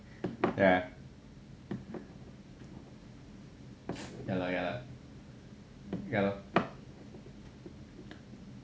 eh ya lah ya lah ya lor